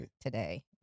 today